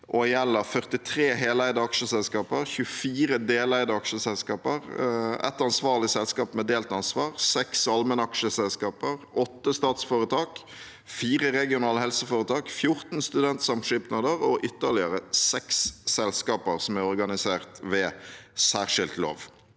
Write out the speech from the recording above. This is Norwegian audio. og gjelder 43 heleide aksjeselskaper, 24 deleide aksjeselskaper, 1 ansvarlig selskap med delt ansvar, 6 allmennaksjeselskaper, 8 statsforetak, 4 regionale helseforetak, 14 studentsamskipnader og ytterligere 6 selskaper som er organisert ved særskilt lov.